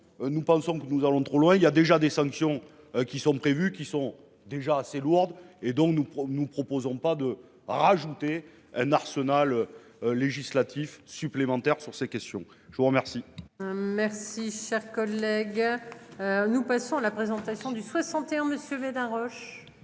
nous pensons que nous allons trop loin il y a déjà des sanctions qui sont prévues qui sont déjà assez lourde et donc nous nous proposons pas de rajouter un arsenal. Législatif supplémentaire sur ces questions, je vous remercie. Merci cher collègue. Nous passons la présentation du 61 monsieur mais